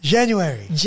January